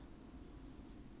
mm